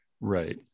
Right